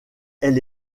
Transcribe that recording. elle